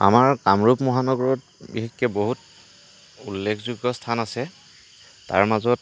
আমাৰ কামৰূপ মহানগৰত বিশেষকৈ বহুত উল্লেখযোগ্য স্থান আছে তাৰ মাজত